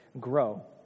Grow